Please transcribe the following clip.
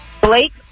Blake